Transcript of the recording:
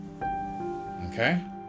Okay